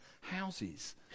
houses